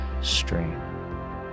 stream